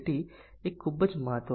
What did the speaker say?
શું આપણે પ્રાપ્ત કરી શકીએ